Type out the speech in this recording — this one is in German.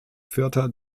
vierter